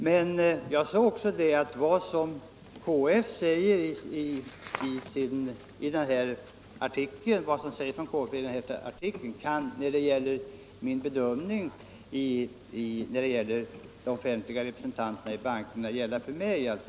Men jag framhöll att det som sägs om KF i artikeln kan beträffande bedömningen av de offentliga representanterna i bankerna gälla för mig.